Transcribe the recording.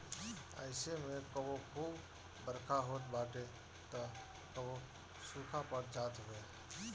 अइसे में कबो खूब बरखा होत बाटे तअ कबो सुखा पड़ जात हवे